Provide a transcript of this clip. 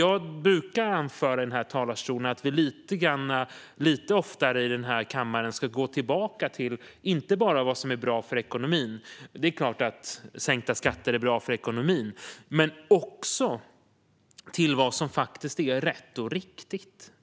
Jag brukar anföra i talarstolen att vi lite oftare i kammaren ska gå tillbaka inte bara till vad som är bra för ekonomin - det är bra att sänkta skatter är bra för ekonomin - utan också till vad som är rätt och riktigt.